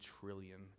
trillion